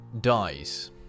dies